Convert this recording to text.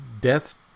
Death